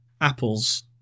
Apple's